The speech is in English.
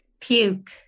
Puke